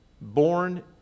Born